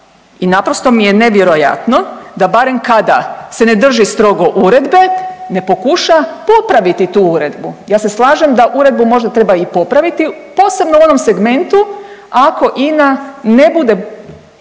i naprosto mi je nevjerojatno da barem kada se ne drži strogo uredbe ne pokuša popraviti tu uredbu. Ja se slažem da uredbu možda treba i popraviti, posebno u onom segmentu ako INA ne bude